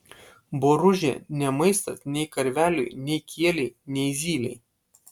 boružė ne maistas nei karveliui nei kielei nei zylei